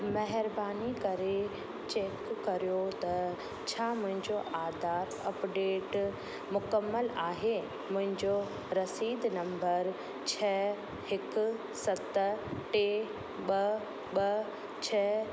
महिरबानी करे चेक करियो त छा मुहिंजो आधार अपडेट मुकमल आहे मुहिंजो रसीद नंबर छ हिकु सत टे ॿ ॿ छ